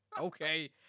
Okay